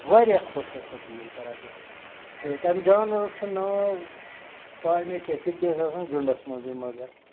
واریاہ خۄش ٲسۍ سۄ بوٗلۍ کران مےٚ تہٕ تَمہِ جاناوَارَس چھُ ناو پاے مےٚ کینٛہہ تِم تہِ ٲسۍ آسان جُنڈَس منٛزٕے مَگر